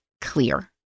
clear